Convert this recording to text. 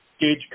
gauge